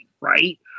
right